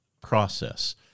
process